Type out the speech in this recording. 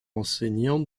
enseignant